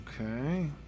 okay